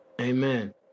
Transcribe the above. Amen